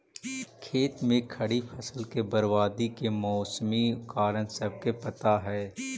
खेत में खड़ी फसल के बर्बादी के मौसमी कारण सबके पता हइ